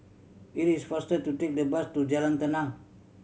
it is faster to take the bus to Jalan Tenang